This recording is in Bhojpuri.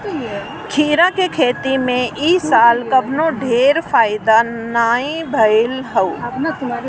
खीरा के खेती में इ साल कवनो ढेर फायदा नाइ भइल हअ